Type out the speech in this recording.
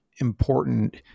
important